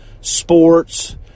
sports